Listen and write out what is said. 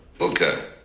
Okay